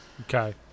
Okay